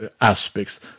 aspects